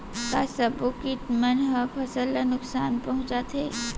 का सब्बो किट मन ह फसल ला नुकसान पहुंचाथे?